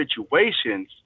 situations